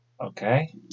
Okay